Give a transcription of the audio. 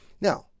Now